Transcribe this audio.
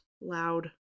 loud